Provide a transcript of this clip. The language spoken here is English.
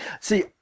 See